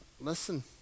listen